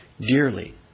dearly